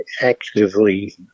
actively